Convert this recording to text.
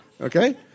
okay